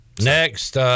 Next